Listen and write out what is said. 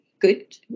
good